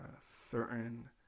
certain